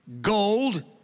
Gold